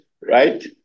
right